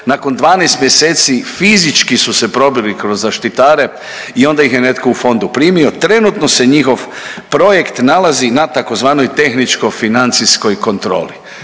Nakon 12 mjeseci fizički su se probili kroz zaštitare i onda ih je netko u fondu primio. Trenutno se njihov projekt nalazi na tzv. tehničko-financijskoj kontroli.